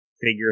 figure